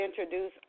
introduce